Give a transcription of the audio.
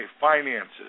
finances